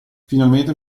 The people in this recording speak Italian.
finalmente